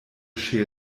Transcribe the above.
schere